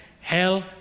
hell